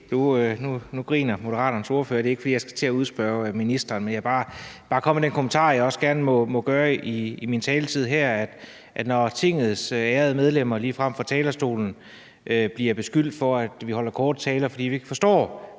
Nu griner Moderaternes ordfører. Det er ikke, fordi jeg skal til at udspørge ministeren. Jeg vil bare komme med en kommentar, hvilket jeg også gerne må gøre i min taletid her. Når Tingets ærede medlemmer fra talerstolen ligefrem bliver beskyldt for at holde korte taler, fordi de ikke forstår